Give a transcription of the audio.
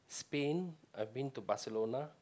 been I've been to Barcelona